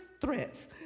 threats